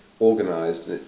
organised